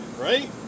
right